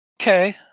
Okay